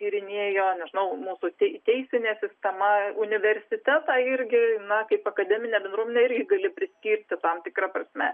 tyrinėjo nežinau mūsų tei teisinė sistema universitetą irgi na kaip akademine bendruomene irgi gali priskirti tam tikra prasme